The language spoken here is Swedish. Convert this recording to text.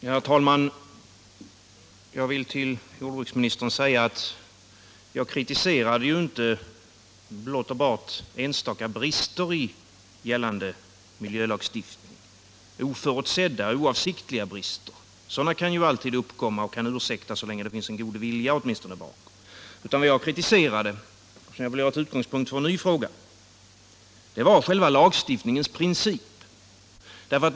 Herr talman! Jag vill till jordbruksministern säga att vi inte kritiserade oförutsedda och oavsiktliga brister i gällande miljölagstiftning. Sådana kan alltid förekomma, och de kan också alltid ursäktas, så länge det finns en god vilja bakom lagstiftningen. Vad jag kritiserade var själva lagstiftningens princip, och den vill jag ta till utgångspunkt för en ny fråga.